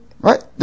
Right